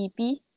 EP